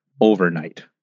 overnight